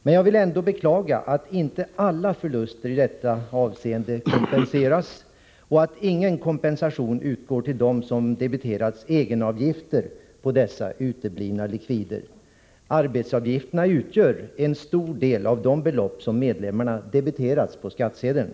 Men jag vill ändå beklaga att inte alla förluster i detta avseende kompenseras och att ingen kompensation utgår till dem som debiterats egenavgifter på dessa uteblivna likvider. Arbetsgivaravgifterna utgör en stor del av de belopp som medlemmarna debiterats på skattsedeln.